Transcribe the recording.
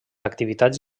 activitats